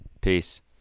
Peace